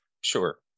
sure